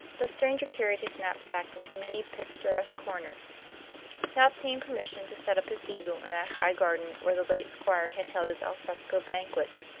the stranger carried his knapsack into many picturesque corners he obtained permission to set up his easel in that high garden where the late squire had held his al fresco banquets.